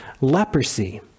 leprosy